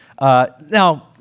now